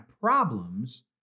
problems